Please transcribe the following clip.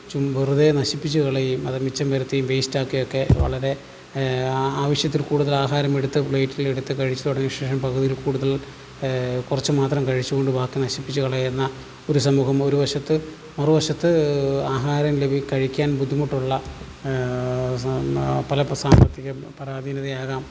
വെറുതെ നശിപ്പിച്ച് കളയുകയും അത് മിച്ചം വരുത്തി വേസ്റ്റ് ആക്കിയൊക്കെ വളരെ ആവശ്യത്തിൽ കൂടുതൽ ആഹാരമെടുത്ത് പ്ലേറ്റിലെടുത്ത് കഴിച്ചു തുടങ്ങിയ ശേഷം പകുതിയിൽ കൂടുതൽ കുറച്ച് മാത്രം കഴിച്ചുകൊണ്ട് ബാക്കി നശിപ്പിച്ച് കളയുന്ന ഒരു സമൂഹം ഒരു വശത്ത് മറുവശത്ത് ആഹാരം ലഭിക്കാൻ കഴിക്കാൻ ബുദ്ധിമുട്ടുള്ള പല ഇപ്പോൾ സാമ്പത്തിക പരാധീനതയാകാം